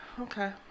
Okay